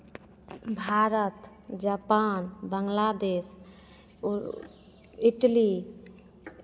Bharat Japan Bangladesh Italy